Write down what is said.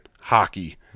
hockey